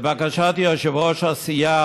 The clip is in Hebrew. לבקשת יושב-ראש הסיעה,